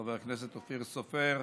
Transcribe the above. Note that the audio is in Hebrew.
חבר הכנסת אופיר סופר,